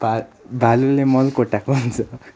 भा भालुले मल कोट्याएको हुन्छ